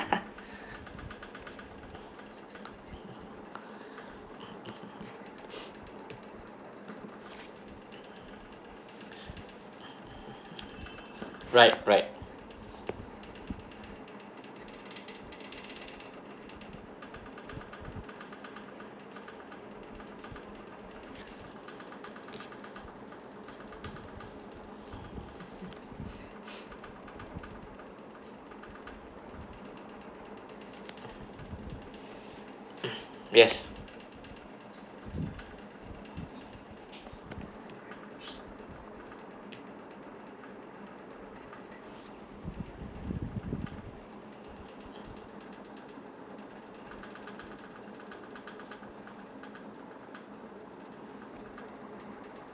right right yes